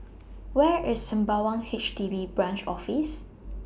Where IS Sembawang H D B Branch Office